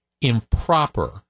improper